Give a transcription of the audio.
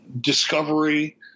Discovery